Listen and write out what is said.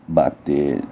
bater